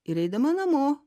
ir eidama namo